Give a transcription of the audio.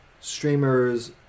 streamers